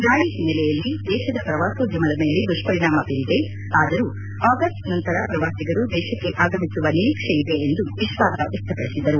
ದಾಳಿಯ ಹಿನ್ನೆಲೆಯಲ್ಲಿ ದೇಶದ ಪ್ರವಾಸೋದ್ಯಮದ ಮೇಲೆ ದುಪ್ಪರಿಣಾಮ ಬೀರಿದೆ ಆದರೂ ಆಗಸ್ಟ್ ನಂತರ ಪ್ರವಾಸಿಗರು ದೇಶಕ್ಕೆ ಆಗಮಿಸುವ ನಿರೀಕ್ಷೆಯಿದೆ ಎಂದು ವಿಶ್ವಾಸ ವ್ಲಕ್ತಪಡಿಸಿದರು